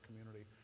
community